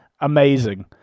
amazing